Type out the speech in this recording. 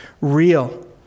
real